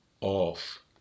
off